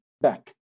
back